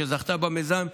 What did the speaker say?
שזכתה במיזם,